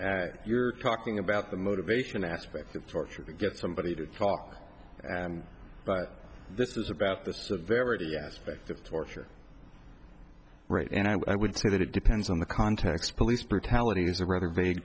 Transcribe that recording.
you're talking about the motivation aspect of torture to get somebody to talk but this is about the severity aspect of torture right and i would say that it depends on the context police brutality is a rather vague